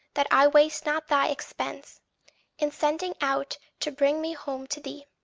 that i waste not thy expense in sending out to bring me home to thee.